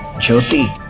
jyoti.